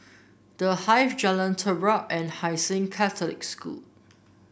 The Hive Jalan Terap and Hai Sing Catholic School